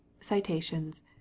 citations